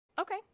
Okay